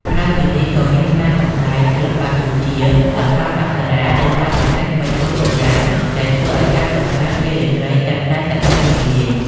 ក្រៅពីនេះ ក៏មានការសម្ដែងសិល្បៈដូចជា ល្ខោនអប្សរា ឬការបង្ហាញក្បាច់គុនបុរាណ ដែលធ្វើឱ្យការកម្សាន្តពេលរាត្រីកាន់តែសប្បាយរីករាយ។